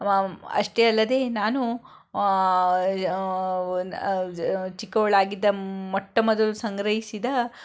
ಅಷ್ಟೇ ಅಲ್ಲದೆ ನಾನು ಚಿಕ್ಕವಳಾಗಿದ್ದ ಮೊ ಮೊಟ್ಟ ಮೊದಲು ಸಂಗ್ರಹಿಸಿದ